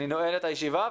אני נועל את הישיבה.